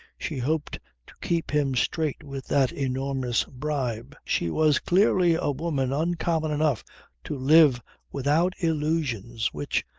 she hoped to keep him straight with that enormous bribe. she was clearly a woman uncommon enough to live without illusions which,